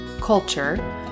culture